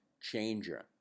Changer